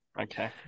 Okay